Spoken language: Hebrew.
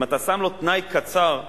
ואם אתה שם לו תנאי קצר,